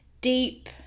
deep